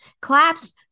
claps